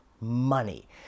money